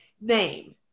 name